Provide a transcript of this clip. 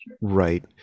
right